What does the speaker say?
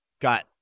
got